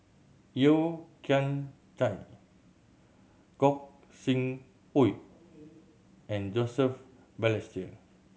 Yeo Kian Chai Gog Sing Hooi and Joseph Balestier